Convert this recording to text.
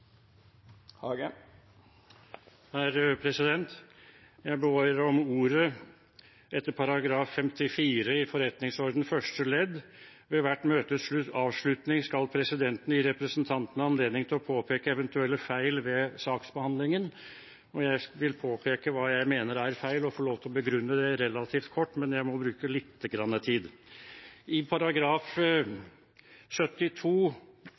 Jeg ber om ordet etter forretningsordenens § 54 første ledd: «Ved hvert møtes avslutning skal presidenten gi representantene anledning til å påpeke eventuelle feil ved saksbehandlingen.» Jeg vil påpeke hva jeg mener er feil, og få lov til å begrunne det – relativt kort, men jeg må bruke litt tid. I § 72,